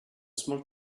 small